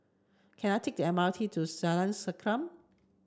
can I take the M R T to Jalan Sankam